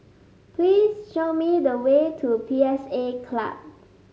please show me the way to P S A Club